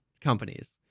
companies